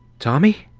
tommy!